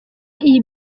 iyi